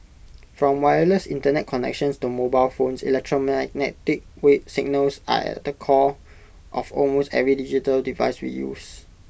from wireless Internet connections to mobile phones electromagnetic signals are at the core of almost every digital device we use